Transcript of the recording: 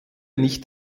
nicht